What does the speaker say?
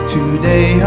Today